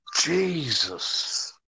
Jesus